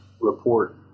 report